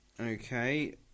Okay